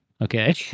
Okay